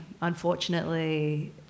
unfortunately